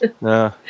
No